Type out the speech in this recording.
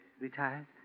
Retired